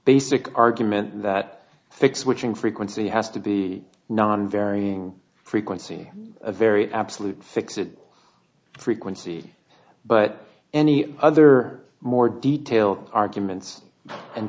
basic argument that thick switching frequency has to be non varying frequency a very absolute fix it frequency but any other more detail arguments and